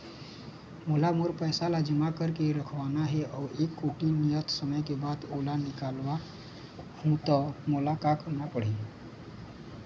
मोला मोर पैसा ला जमा करके रखवाना हे अऊ एक कोठी नियत समय के बाद ओला निकलवा हु ता मोला का करना पड़ही?